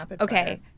Okay